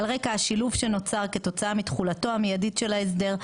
על רקע השילוב שנוצר כתוצאה מתחולתו המיידית של ההסדר,